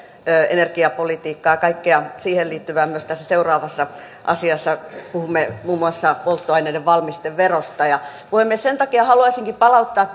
energiapolitiikkaa ja kaikkea siihen liittyvää myös tässä seuraavassa asiassa puhumme muun muassa polttoaineiden valmisteverosta ja puhemies sen takia haluaisinkin palauttaa